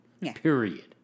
Period